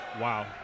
Wow